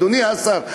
אדוני השר,